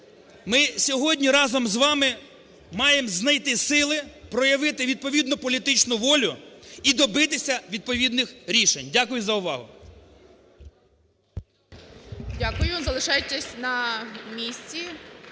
Ми сьогодні разом з вами маєм знайти сили, проявити відповідну політичну волю і добитися відповідних рішень. Дякую за увагу. Веде засідання заступник